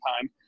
time